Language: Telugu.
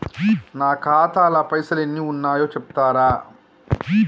నా ఖాతా లా పైసల్ ఎన్ని ఉన్నాయో చెప్తరా?